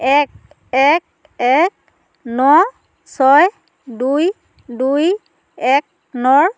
এক এক এক ন ছয় দুই দুই এক নৰ